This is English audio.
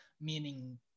meaning